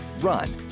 run